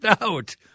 out